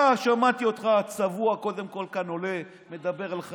אתה, שמעתי אותך, צבוע, קודם כול עולה כאן,